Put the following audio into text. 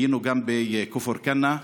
היינו גם בכפר כנא,